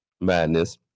Madness